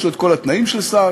יש לו כל התנאים של שר,